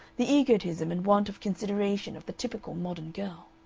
the egotism and want of consideration of the typical modern girl.